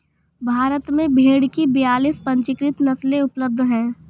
भारत में भेड़ की बयालीस पंजीकृत नस्लें उपलब्ध हैं